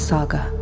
Saga